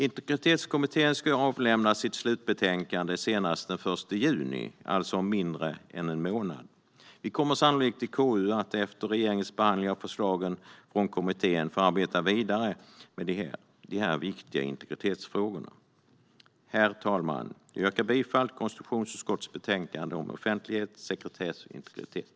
Integritetskommittén ska avlämna sitt slutbetänkande senast den 1 juni, alltså om mindre än en månad. Efter regeringens behandling av förslagen kommer vi sannolikt att arbeta vidare i KU med de här viktiga integritetsfrågorna. Herr talman! Jag yrkar bifall till förslaget i konstitutionsutskottets betänkande om offentlighet, sekretess och integritet.